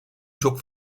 çok